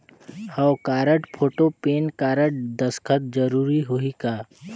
हव card, photo, PAN card, दस्खत जरूरी होही का?